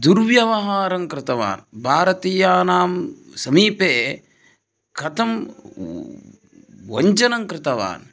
दुर्व्यवहारङ्कृतवान् भारतीयानां समीपे कथं व् व् वञ्चनं कृतवान्